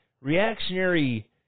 reactionary